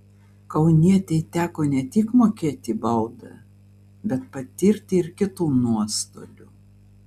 kaunietei teko ne tik mokėti baudą bet patirti ir kitų nuostolių